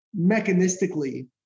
mechanistically